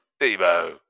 Debo